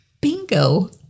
Bingo